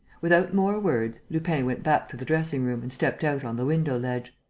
without more words, lupin went back to the dressing-room and stepped out on the window-ledge.